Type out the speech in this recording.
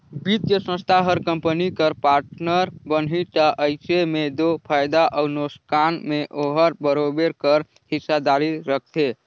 बित्तीय संस्था हर कंपनी कर पार्टनर बनही ता अइसे में दो फयदा अउ नोसकान में ओहर बरोबेर कर हिस्सादारी रखथे